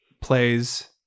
plays